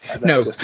No